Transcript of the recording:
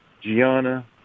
Gianna